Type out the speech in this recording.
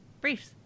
Briefs